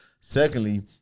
secondly